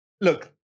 look